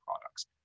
products